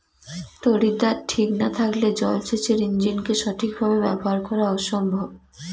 তড়িৎদ্বার ঠিক না থাকলে জল সেচের ইণ্জিনকে সঠিক ভাবে ব্যবহার করা অসম্ভব